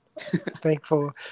Thankful